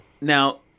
now